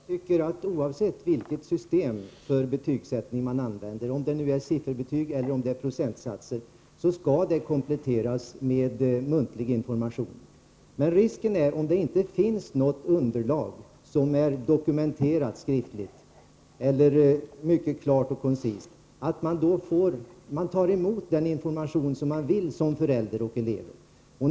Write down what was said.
Herr talman! Jag tycker att oavsett vilket system för betygsättning man använder, vare sig det är sifferbetyg eller procentsatser, skall det kompletteras med muntlig information. Men om det inte finns något underlag som är skriftligt dokumenterat, är risken att man tar emot den information man vill höra som förälder och som elev.